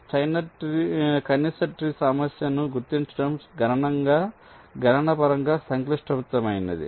Steiner కనీస tree సమస్యను గుర్తించడం గణనపరంగా సంక్లిష్టమైనది